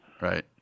Right